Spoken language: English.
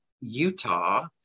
Utah